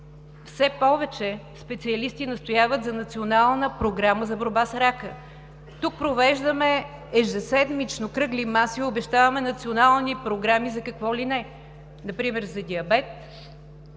Все повече специалисти настояват за Национална програма за борба с рака. Тук провеждаме ежеседмично кръгли маси, обещаваме национални програми за какво ли не, за диабет,